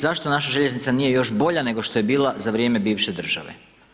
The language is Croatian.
Zašto naša željeznica nije još bolja nego što je bila za vrijeme bivše države?